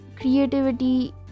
creativity